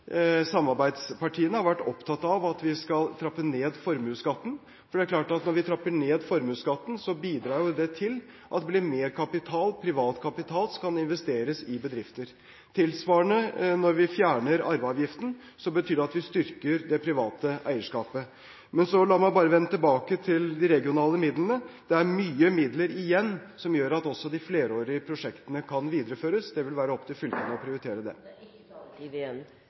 samarbeidspartiene, har vært opptatt av at vi skal trappe ned formuesskatten. For det er klart at når vi trapper ned formuesskatten, bidrar det til at det blir mer privat kapital som kan investeres i bedrifter, og tilsvarende, når vi fjerner arveavgiften, betyr det at vi styrker det private eierskapet. La meg så vende tilbake til de regionale midlene. Det er mye midler igjen, som gjør at også de flerårige prosjektene kan videreføres. Det vil være opp til fylkene å prioritere det.